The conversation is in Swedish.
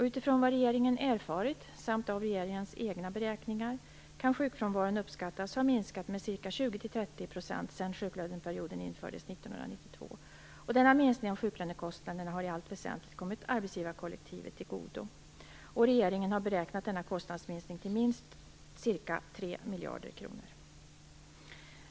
Utifrån vad regeringen erfarit samt enligt regeringens egna beräkningar kan sjukfrånvaron uppskattas ha minskat med 20-30 % sedan sjuklöneperioden infördes 1992. Denna minskning av sjuklönekostnaderna har i allt väsentligt kommit arbetsgivarkollektivet till godo. Regeringen har beräknat denna kostnadsminskning till minst ca 3 miljarder kronor.